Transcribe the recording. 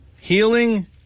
healing